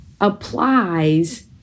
applies